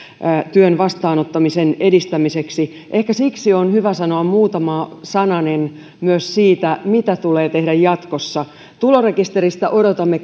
työn vastaanottamisen edistämiseksi ehkä siksi on hyvä sanoa muutama sananen myös siitä mitä tulee tehdä jatkossa tulorekisteristä odotamme